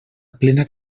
plena